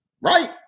right